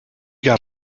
got